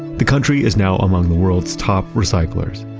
the country is now among the world's top recyclers.